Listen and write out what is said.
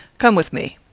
come with me.